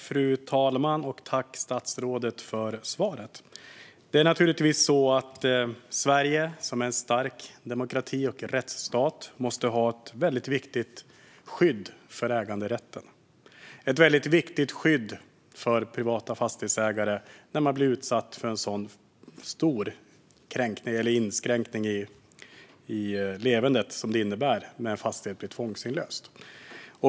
Fru talman! Tack, statsrådet, för svaret! Det är naturligtvis så att Sverige, som är en stark demokrati och rättsstat, måste ha ett väldigt viktigt skydd för äganderätten. Det är ett väldigt viktigt skydd för privata fastighetsägare när de blir utsatta för en sådan stor inskränkning i levernet som det innebär när en fastighet blir tvångsinlöst.